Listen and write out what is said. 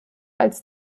als